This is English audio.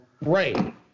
right